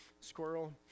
Squirrel